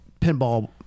pinball